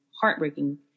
heartbreaking